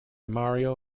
mario